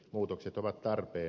muutokset ovat tarpeen